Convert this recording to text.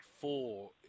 four